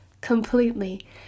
completely